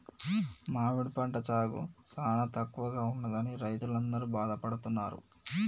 మామిడి పంట సాగు సానా తక్కువగా ఉన్నదని రైతులందరూ బాధపడుతున్నారు